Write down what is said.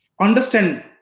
Understand